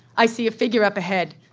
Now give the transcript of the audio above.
i see a figure up ahead.